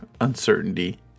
Uncertainty